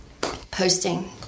posting